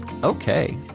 Okay